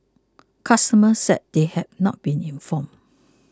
customers said they had not been informed